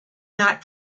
not